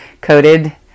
coated